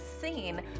scene